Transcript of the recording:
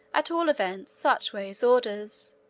at all events, such were his orders,